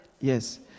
Yes